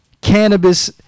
cannabis